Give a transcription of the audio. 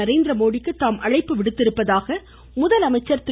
நரேந்திரமோதிக்கு தாம் அழைப்பு விடுத்ததாக முதலமைச்சர் திரு